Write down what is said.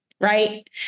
Right